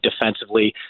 defensively